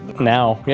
now, yeah